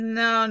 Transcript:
no